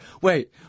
Wait